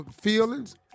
feelings